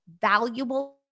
valuable